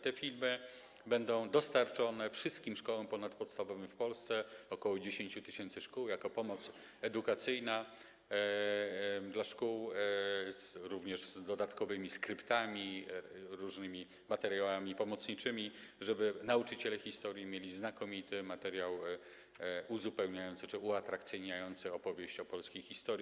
Te filmy będą dostarczone do wszystkich szkół ponadpodstawowych w Polsce, do ok. 10 tys. szkół, jako pomoc edukacyjna dla szkół, również z dodatkowymi skryptami, różnymi materiałami pomocniczymi, żeby nauczyciele historii mieli znakomity materiał uzupełniający czy uatrakcyjniający opowieść o polskiej historii.